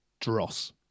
dross